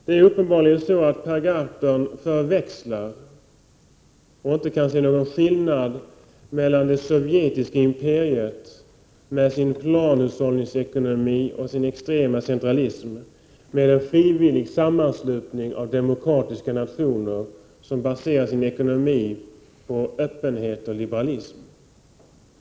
Det är uppenbarligen så att Per Gahrton inte kan se någon skillnad mellan å ena sidan det sovjetiska imperiet med dess planhushållningsekonomi och extrema centralism och å andra sidan en frivillig sammanslutning av demokratiska nationer som baserar sin ekonomi på öppenhet och liberalism.